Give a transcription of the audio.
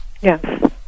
Yes